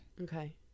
okay